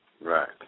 right